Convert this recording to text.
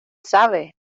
sabe